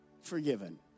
forgiven